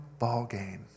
ballgame